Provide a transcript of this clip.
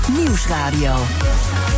nieuwsradio